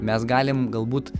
mes galim galbūt